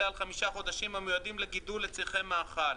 על חמישה חודשים המיועדים לגידול לצרכי מאכל,